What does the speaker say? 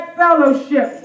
fellowship